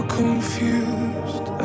confused